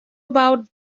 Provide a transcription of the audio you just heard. about